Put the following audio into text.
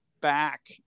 back